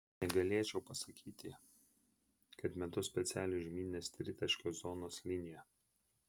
negalėčiau pasakyti kad metu specialiai užmynęs tritaškio zonos liniją